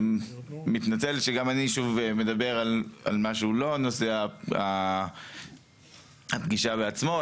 מתנצל שגם אני מדבר על מה שהוא לא נושא הפגישה עצמו,